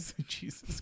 Jesus